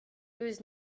eus